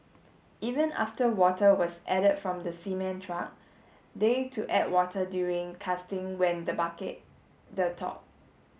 even after water was added from the cement truck they to add water during casting when the bucket the top